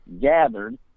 gathered